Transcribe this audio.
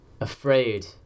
afraid